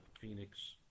Phoenix